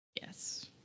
Yes